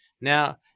Now